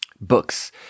books